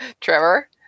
Trevor